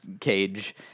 cage